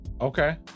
Okay